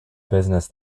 business